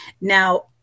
Now